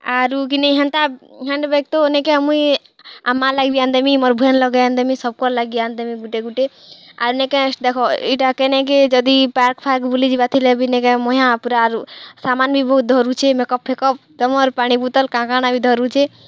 ଆରୁ କିନି ହେନ୍ତା ହ୍ୟାଣ୍ଡ୍ ବ୍ୟାଗ୍ ତ ନି କାଏଁ ମୁଇଁ ଆମ ମାଆ ଲାଗି ବି ଆନିଦେମି ମୋର୍ ବେହେନ୍ ଲାଗି ଆନିଦେମି ସବ୍କର୍ ଲାଗି ଆନିଦେବି ଗୁଟେ ଗୁଟେ ଆରୁ ନି କାଏଁ ଦେଖ ଇ'ଟା କେ ନି କାଏଁ ଯଦି ପାର୍କଫାର୍କ ବୁଲି ଯିବାର୍ ଥିଲେ ବି ନି କାଏଁ ମୁଇଁ ପୁରା ଆରୁ ସାମାନ୍ ବି ବହୁତ୍ ଧରୁଛେ ମେକ୍ଅପ୍ ଫେକ୍ଅପ୍ ତମର୍ ପାଣି ବୁତଲ୍ କାଣା କାଣା ବି ଧରୁଛେ